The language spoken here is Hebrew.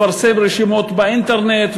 לפרסם רשימות באינטרנט,